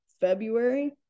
February